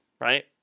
right